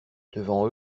devant